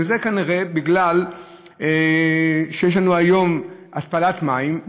וזה כנראה כי יש לנו היום התפלת מים,